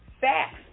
facts